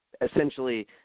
essentially –